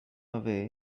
away